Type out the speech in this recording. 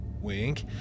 wink